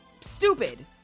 stupid